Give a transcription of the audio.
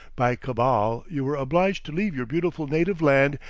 by cabal you were obliged to leave your beautiful native land,